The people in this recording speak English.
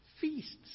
feasts